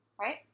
right